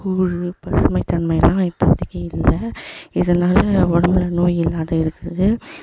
கூழ் பசுமை தன்மையெலாம் இப்போதைக்கு இல்லை இதனாலே உடம்புல நோய் இல்லாத இருக்குது